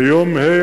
ביום ה',